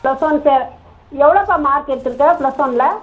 plus one சே எவ்வளோப்பா mark எடுத்துருக்க ப்ளஸ் ஒன்னில்